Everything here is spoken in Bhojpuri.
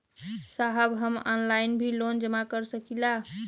साहब हम ऑनलाइन भी लोन जमा कर सकीला?